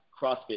CrossFit